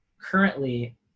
currently